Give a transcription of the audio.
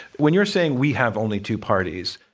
when you're saying we have only two parties.